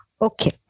Okay